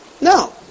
No